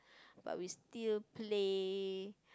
but we still play